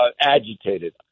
agitated